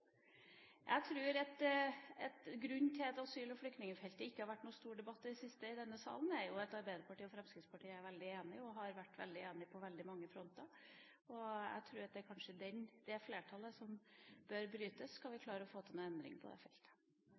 Jeg tror at grunnen til at asyl- og flyktningfeltet ikke har vært noen stor debatt i det siste i denne salen, er at Arbeiderpartiet og Fremskrittspartiet er veldig enige og har vært veldig enige på veldig mange fronter. Jeg tror at det kanskje er det flertallet som bør brytes skal vi klare å få til noen endringer på dette feltet. Nå er det